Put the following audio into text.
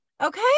Okay